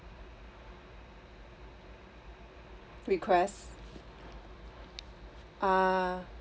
request uh